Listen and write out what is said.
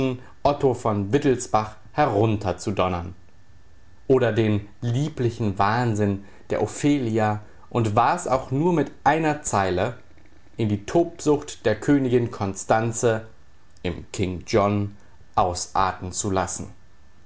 otto von wittelsbach herunter zu donnern oder den lieblichen wahnsinn der ophelia und war's auch nur mit einer zeile in die tobsucht der königin konstanze im king john ausarten zu lassen